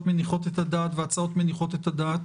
מניחות את הדעת והצעות מניחות את הדעת